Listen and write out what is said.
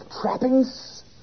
trappings